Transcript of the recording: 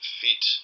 fit